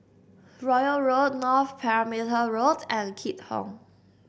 Royal Road North Perimeter Road and Keat Hong